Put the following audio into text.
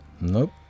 Nope